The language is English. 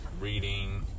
reading